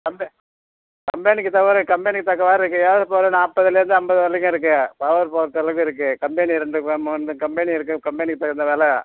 கம்பெ கம்பெனிக்குத் தக்வாறு கம்பெனிக்குத் தக்கவாறு இருக்குது ஏலார்ஸ் பவரு நாற்பதுல இருந்து ஐம்பது வரையலுக்கும் இருக்குது பவரைப் பொறுத்தளவுக்கு இருக்குது கம்பெனி ரெண்டு மூணு கம்பெனி இருக்குது கம்பெனிக்குத் தகுந்த வில